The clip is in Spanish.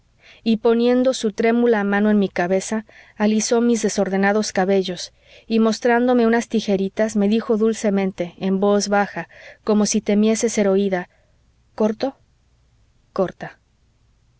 y poniendo su trémula mano en mi cabeza alisó mis desordenados cabellos y mostrándome unas tijeritas me dijo dulcemente en voz baja como si temiese ser oída corto corta